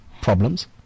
problems